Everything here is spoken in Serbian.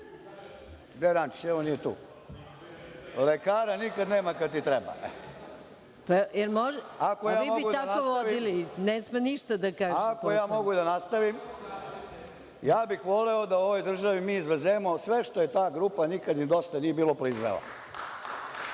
je Rančić? Nije tu. Lekara nikad nema kada ti treba. Ako ja mogu da nastavim. Ja bih voleo da u ovoj državi mi izvezemo sve što je ta grupa „nikad im dosta nije bilo“, proizvela.